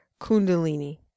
Kundalini